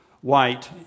white